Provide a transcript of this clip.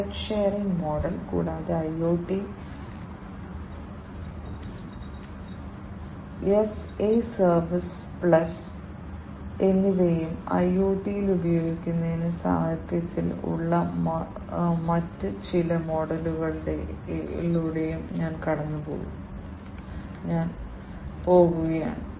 asset sharing model കൂടാതെ IoT as a service plus എന്നിവയും IoT യിൽ ഉപയോഗിക്കുന്നതിന് സാഹിത്യത്തിൽ ഉള്ള മറ്റ് ചില മോഡലുകളിലൂടെയും ഞാൻ പോകുകയാണ്